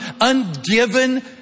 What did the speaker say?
ungiven